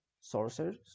sorcerers